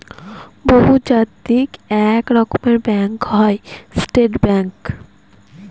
বহুজাতিক এক রকমের ব্যাঙ্ক হয় স্টেট ব্যাঙ্ক